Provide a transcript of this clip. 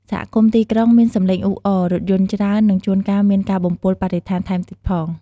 សហគមន៍ទីក្រុងមានសំឡេងអ៊ូអរ រថយន្តច្រើន និងជួនកាលមានការបំពុលបរិស្ថានថែមទៀតផង។